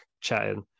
chatting